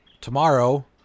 tomorrow